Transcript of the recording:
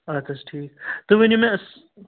اَد حظ ٹھیٖک تُہۍ ؤنِو مےٚ